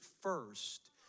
first